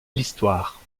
l’histoire